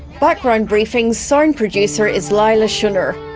background briefing's sound producer is leila shunnar,